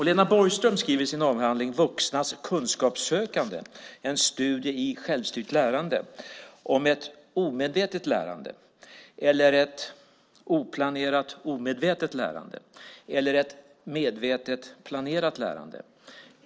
Lena Borgström skriver i sin avhandling Vuxnas kunskapssökande - en studie av självstyrt lärande om ett omedvetet lärande eller ett oplanerat omedvetet lärande eller ett medvetet planerat lärande.